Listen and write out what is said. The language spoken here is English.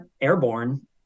airborne